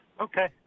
Okay